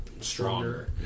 stronger